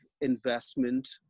investment